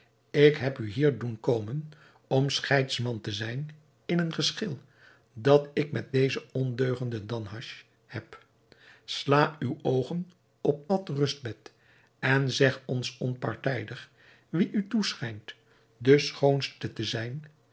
ik heb u hier doen komen om scheidsman te zijn in een geschil dat ik met dezen ondeugenden danhasch heb sla uw oogen op dat rustbed en zeg ons onpartijdig wie u toeschijnt de schoonste te zijn